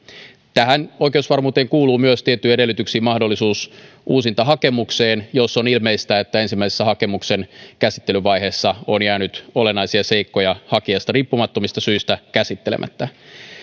tähän oikeusvarmuuteen kuuluu myös tietyin edellytyksin mahdollisuus uusintahakemukseen jos on ilmeistä että ensimmäisessä hakemuksen käsittelyvaiheessa on jäänyt olennaisia seikkoja hakijasta riippumattomista syistä käsittelemättä